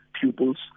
pupils